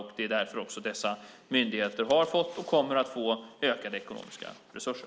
Det är också därför som dessa myndigheter har fått och kommer att få ökade ekonomiska resurser.